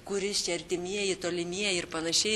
kuris čia artimieji tolimieji ir panašiai